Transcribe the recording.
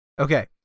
Okay